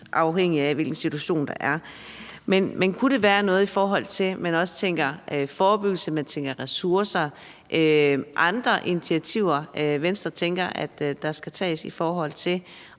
afhængigt af hvilken situation der er tale om. Men kunne det også være noget i forhold til forebyggelse, ressourcer? Er der andre initiativer, Venstre tænker der skal tages i forhold til